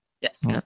Yes